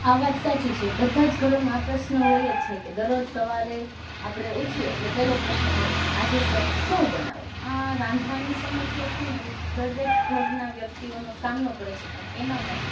આ વાત સાચી છે બધા જ ઘરોમાં આ પ્રશ્ન હોય જ છે કે દરરોજ સવારે આપણે ઊઠીએ એટલે પહેલો પ્રશ્ન એ કે આજે શું બનાવવું આ રાંધવાની સમસ્યા જે છે ને એ દરેક ઘરના વ્યક્તિઓનો સામનો કરે છે અને એમાં પણ